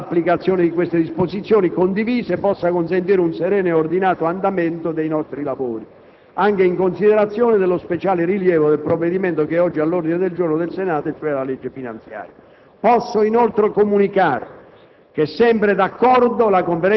Mi auguro che la puntuale applicazione di queste disposizioni condivise possa consentire un sereno e ordinato andamento dei nostri lavori, anche in considerazione dello speciale rilievo del provvedimento che è oggi all'ordine del giorno del Senato, e cioè la legge finanziaria.